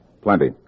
Plenty